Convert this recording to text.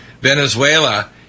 venezuela